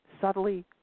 subtly